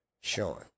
Sean